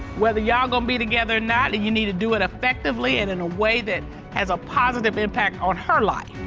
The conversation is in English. whether y'all gonna be together or not, you need to do it effectively and in a way that has a positive impact on her life.